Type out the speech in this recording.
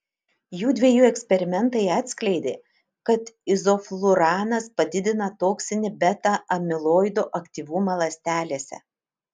jųdviejų eksperimentai atskleidė kad izofluranas padidina toksinį beta amiloido aktyvumą ląstelėse